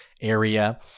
area